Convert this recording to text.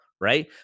right